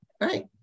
Right